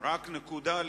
רק נקודה לסיום.